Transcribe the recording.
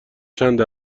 چند